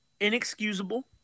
inexcusable